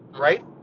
right